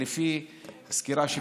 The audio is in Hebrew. שלפי סקירה,